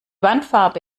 wandfarbe